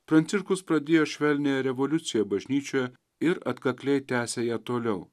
pranciškus pradėjo švelniąją revoliuciją bažnyčioje ir atkakliai tęsia ją toliau